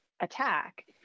attack